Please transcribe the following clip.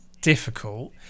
difficult